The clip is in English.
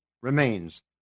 remains